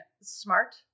smart